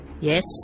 Yes